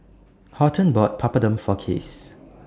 Horton bought Papadum For Case